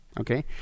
okay